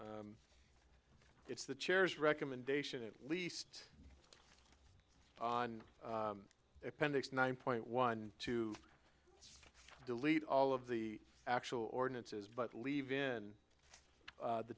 item it's the chairs recommendation at least on appendix nine point one two delete all of the actual ordinances but leave in the t